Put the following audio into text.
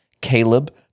Caleb